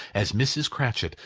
as mrs. cratchit,